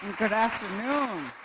good afternoon.